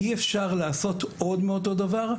אי אפשר לעשות עוד מאותו דבר.